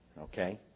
okay